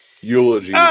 Eulogy